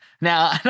Now